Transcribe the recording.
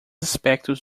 aspectos